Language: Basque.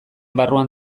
barruan